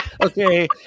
Okay